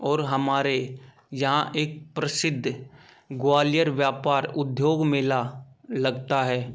और हमारे यहाँ एक प्रसिद्ध ग्वालियर व्यापार उद्योग मेला लगता है